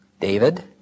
David